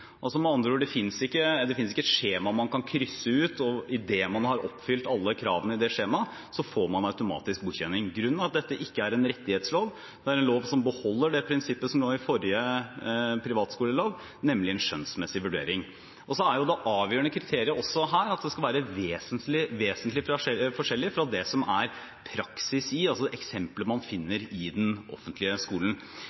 Med andre ord: Det fins ikke et skjema man kan krysse ut, og idet man har oppfylt alle kravene i det skjemaet, får man automatisk godkjenning. Grunnen er at dette ikke er en rettighetslov, det er en lov som beholder det prinsippet som lå i forrige privatskolelov, nemlig en skjønnsmessig vurdering. Så er det avgjørende kriteriet også her at det skal være vesentlig forskjellig fra det som er praksis i eksempler man finner i den offentlige skolen.